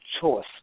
choice